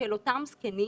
של אותם זקנים